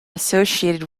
associated